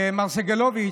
מר סגלוביץ',